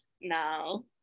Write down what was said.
no